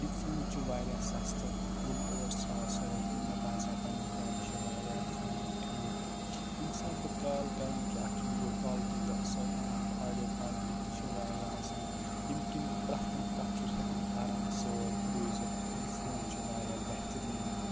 یہِ فون چھُ واریاہ سَستہٕ کُل ٲٹھ ساس رۄپیہِ مےٚ باسیٛاو پَنٕنہِ جایہِ یہِ چھِ واریاہ فون ٹھیٖک تہٕ ییٚمہِ ساتہٕ بہٕ کال کَران چھُ اَتھ چھُ ویٖڈیو کالٹی تہِ اَصٕل یِوان تہٕ آڈیو کالٹی تہِ چھِ واریاہ اَسان ییٚمہِ کِنۍ پرٛتھ کانٛہہ کَتھ چھُس ہیٚکان آرام سۭتۍ بوٗزِتھ تہٕ یہِ فون چھُ واریاہ بہتریٖن